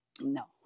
No